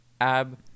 Ab